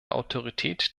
autorität